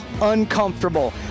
uncomfortable